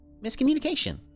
Miscommunication